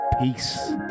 Peace